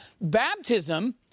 baptism